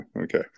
Okay